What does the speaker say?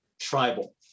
tribal